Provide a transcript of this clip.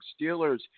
Steelers